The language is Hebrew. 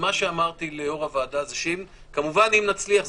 אם נצליח,